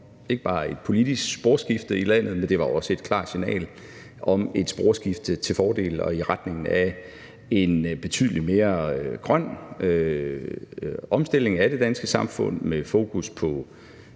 ikke bare et politisk sporskifte i landet, men det var også et klart signal om et sporskifte til fordel for og i retning af en betydelig mere grøn omstilling af det danske samfund, stadig